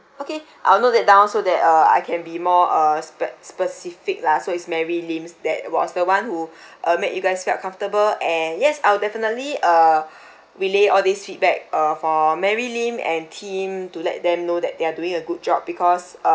I'll note that down so that uh I can be more uh spec~ specific lah so it's mary lim that was the [one] who uh made you guys felt comfortable and yes I'll definitely uh relay all these feedback uh for mary lim and team to let them know that they are doing a good job because uh